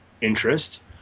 interest